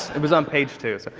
it was on page two.